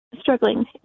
struggling